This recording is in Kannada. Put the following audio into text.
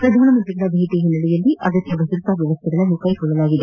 ಪ್ರಧಾನಮಂತ್ರಿಗಳ ಭೇಟಿಯ ಹಿನ್ನೆಲೆಯಲ್ಲಿ ಅಗತ್ಯ ಭದ್ರತಾ ವ್ಯವಸ್ಥೆಗಳನ್ನು ಕೈಗೊಳ್ಳಲಾಗಿದೆ